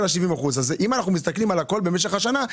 אם אנחנו מסתכלים על הכל במשך השנה,